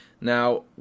now